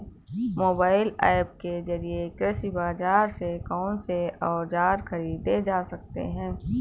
Mobile app के जरिए कृषि बाजार से कौन से औजार ख़रीदे जा सकते हैं?